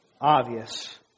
obvious